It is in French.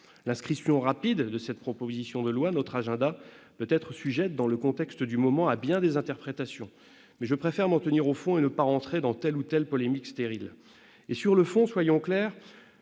L'inscription rapide de ce texte à notre agenda peut être sujette, dans le contexte du moment, à bien des interprétations, mais je préfère m'en tenir au fond et ne pas entrer dans telle ou telle polémique stérile. Sur le fond, soyons clairs,